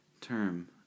term